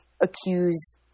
accuse